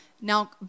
now